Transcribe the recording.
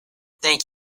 thank